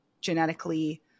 genetically